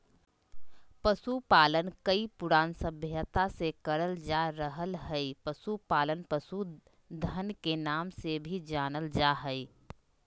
पशुपालन कई पुरान सभ्यता से करल जा रहल हई, पशुपालन पशुधन के नाम से भी जानल जा हई